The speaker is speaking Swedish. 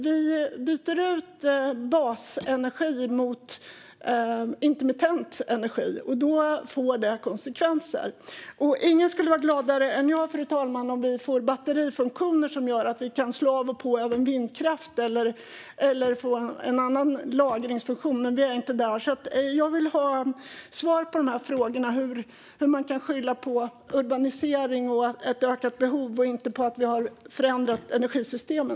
Vi byter ut basenergi mot intermittent energi, och då får det konsekvenser. Ingen skulle vara gladare än jag, fru talman, om vi får batterifunktioner eller någon annan lagringsfunktion som gör att vi kan slå av och på vindkraften, men vi är inte där. Jag vill ha svar på frågan: Hur kan man skylla på urbanisering och ett ökat behov och inte på att vi har förändrat energisystemen?